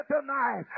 tonight